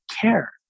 care